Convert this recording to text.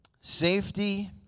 Safety